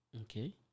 Okay